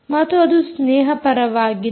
ಮತ್ತು ಅದು ಸ್ನೇಹಪರವಾಗಿದೆ